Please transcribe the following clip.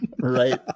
right